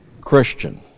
Christian